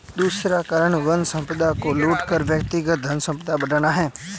दूसरा कारण वन संपदा को लूट कर व्यक्तिगत धनसंपदा बढ़ाना है